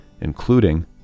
including